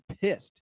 pissed